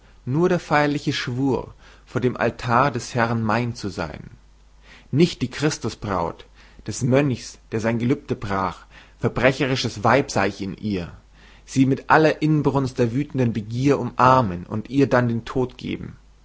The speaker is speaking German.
nur der feierliche schwur vor dem altar des herrn mein zu sein nicht die christusbraut des mönchs der sein gelübde brach verbrecherisches weib sah ich in ihr sie mit aller inbrunst der wütenden begier umarmen und dann ihr den tod geben